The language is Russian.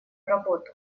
работу